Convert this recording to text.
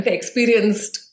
Experienced